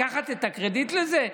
לקחת את הקרדיט על זה?